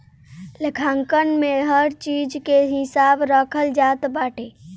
लेखांकन में हर चीज के हिसाब रखल जात बाटे